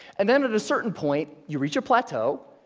and then at a certain point you reach a plateau,